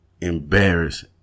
embarrassed